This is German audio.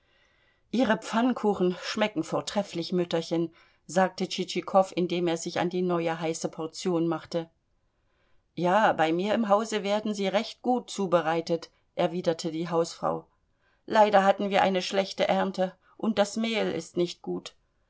ihre pfannkuchen schmecken vortrefflich mütterchen sagte tschitschikow indem er sich an die neue heiße portion machte ja bei mir im hause werden sie recht gut zubereitet erwiderte die hausfrau leider hatten wir eine schlechte ernte und das mehl ist nicht gut